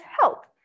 help